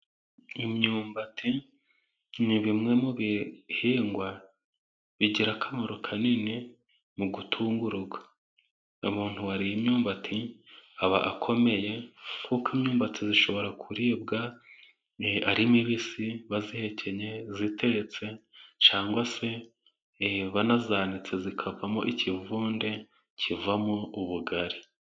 Imyumbati ni bimwe mu bihingwa bigira akamaro kanini mu gutunga urugo, umuntu wariye imyumbati aba akomeye kuko imyubati ishobora kuribwa ari mibisi, bayihekennye, itetse cyangwa se bayanitse ikavamo ikivunde kivamo ubugari.